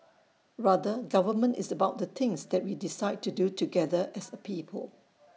rather government is about the things that we decide to do together as A people